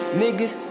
niggas